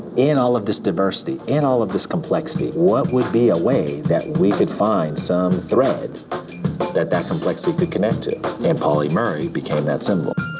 in all of this diversity, in all of this complexity, what would be a way that we could find some threads that that complexity could connect to. and paul murray became that symbol.